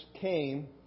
came